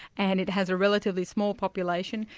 and it has a relatively small population,